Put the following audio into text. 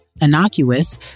innocuous